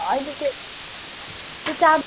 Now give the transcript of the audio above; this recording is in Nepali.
होइन त्यो त्यो चार्ज